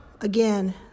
again